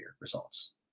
results